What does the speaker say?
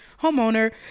homeowner